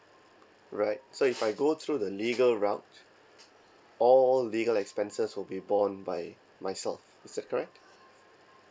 right so if I go through the legal route all legal expenses will be bond by myself is that correct